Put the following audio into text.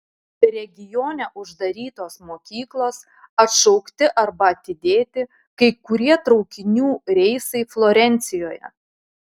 regione uždarytos mokyklos atšaukti arba atidėti kai kurie traukinių reisai florencijoje